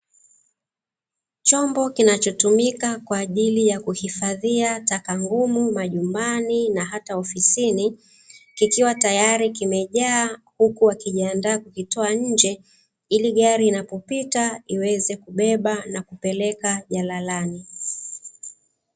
Chombo kinachotumika kwa ajili ya kuhifadhia taka ngumu majumbani na hata ofisini kikiwa tayari kimejaa huku wakijiandaa kukitoa nje ili gari inapopita iweze kubeba na kupeleka jalalani.